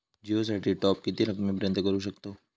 जिओ साठी टॉप किती रकमेपर्यंत करू शकतव?